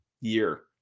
year